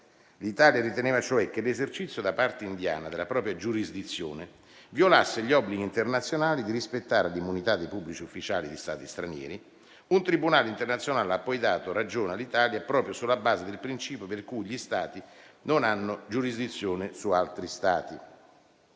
L'Italia riteneva, cioè, che l'esercizio da parte indiana della propria giurisdizione violasse gli obblighi internazionali di rispettare l'immunità dei pubblici ufficiali di Stati stranieri un tribunale internazionale ha poi dato ragione all'Italia proprio sulla base del principio per cui gli Stati non hanno giurisdizione su altri Stati.